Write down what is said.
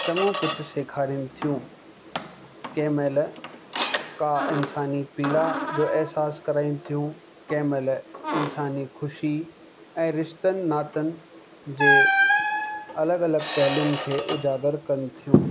चङो कुझु सेखारीनि थियूं केमहिल का इंसानी पीड़ा जो अहसासु कराइनि थियूं केमहिल इंसानीअ ख़ुशी ऐं रिश्तनि नातनि जे अलॻि अलॻि पहलुनि खे उजागर कनि थियूं